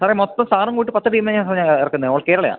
സാറെ മൊത്തം സാറും കൂട്ടി പത്ത് ടീമ് ഞങ്ങൾ ഞങ്ങൾ ഇറക്കുന്നത് ഓൾ കേരളയാണ്